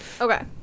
Okay